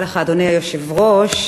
אדוני היושב-ראש,